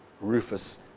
Rufus